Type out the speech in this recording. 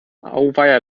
auweia